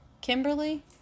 Kimberly